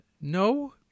No